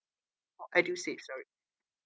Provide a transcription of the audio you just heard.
oh edusave sorry